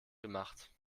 gemacht